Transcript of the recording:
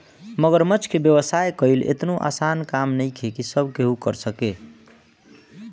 मगरमच्छ के व्यवसाय कईल एतनो आसान काम नइखे की सब केहू कर सके